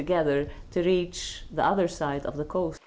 together to reach the other side of the co